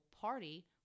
party